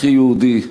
הכי יהודי,